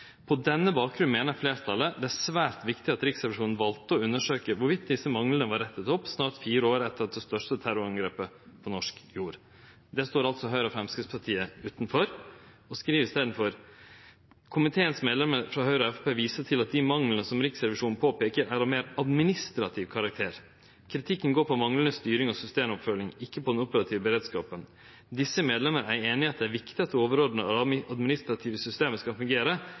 På denne bakgrunn mener flertallet det er svært viktig at Riksrevisjonen valgte å undersøke hvorvidt disse manglene var rettet opp snart 4 år etter det største terrorangrepet på norsk jord.» Det står altså Høgre og Framstegspartiet utanfor og skriv i staden: «Komiteens medlemmer fra Høyre og Fremskrittspartiet viser til at de manglene som Riksrevisjonen påpeker, er av mer administrativ karakter. Kritikken går på manglende styring og systemoppfølging og ikke på den operative beredskapen. Disse medlemmer er enige i at det er viktig at overordnede administrative systemer skal fungere,